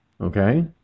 okay